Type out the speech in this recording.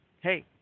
Hey